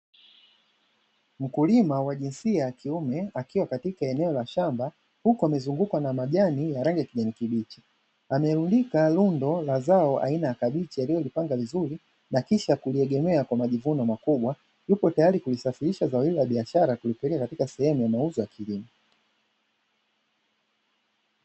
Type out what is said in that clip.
Mkulima wa jinsia ya kiume akiwa katika eneo la shamba huku amezungukwa na majani ya rangi ya kijani kibichi. Amerundika rundo la zao aina ya kabichi alilolipanga vizuri na kisha kuliegemea kwa majivuno makubwa, yupo tayari kulisafirisha zao hilo la biashara kulipeleka katika sehemu ya mauzo ya kilimo.